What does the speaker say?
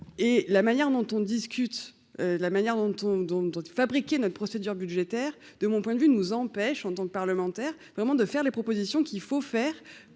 et la manière dont on discute la manière dont on dont dont. Fabriquer notre procédure budgétaire, de mon point de vue nous empêche en tant que parlementaire, vraiment, de faire les propositions qu'il faut faire